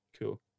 cool